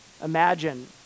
imagine